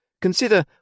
Consider